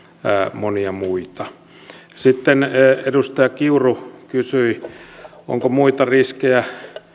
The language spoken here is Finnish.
monia muita sitten edustaja kiuru kysyi onko muita riskejä